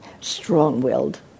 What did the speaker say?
strong-willed